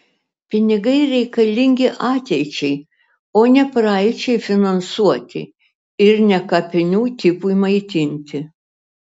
pinigai reikalingi ateičiai o ne praeičiai finansuoti ir ne kapinių tipui maitinti